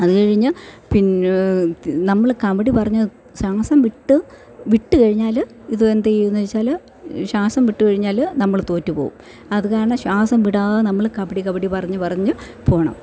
അതുകഴിഞ്ഞ് പിന്നെ നമ്മള് കബഡി പറഞ്ഞു ശ്വാസം വിട്ട് വിട്ടുകഴിഞ്ഞാല് ഇത് എന്ത് ചെയ്യുമെന്ന് വെച്ചാല് ശ്വാസം വിട്ടു കഴിഞ്ഞാല് നമ്മൾ തോറ്റുപോകും അതുകാരണം ശ്വാസം വിടാതെ നമ്മള് കബഡി കബഡി പറഞ്ഞു പറഞ്ഞു പോകണം